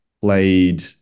played